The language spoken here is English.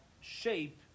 shape